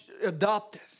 adopted